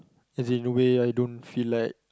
as in the way I don't feel like